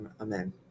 Amen